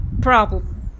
problem